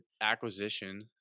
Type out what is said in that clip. acquisition